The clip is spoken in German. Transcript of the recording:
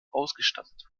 ausgestattet